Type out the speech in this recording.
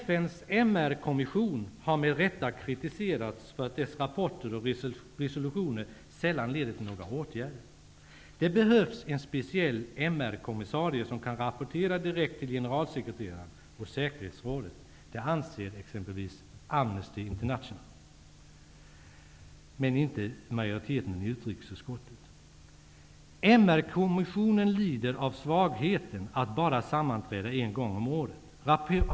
FN:s MR-kommission har med rätta kritiserats för att dess rapporter och resolutioner sällan leder till några åtgärder. Det behövs en speciell MR kommissarie som kan rapportera direkt till generalsekreteraren och säkerhetsrådet. Det anser t.ex. Amnesty International men inte majoriteten i utskottet. MR-kommissionen lider av svagheten att bara sammanträda en gång om året.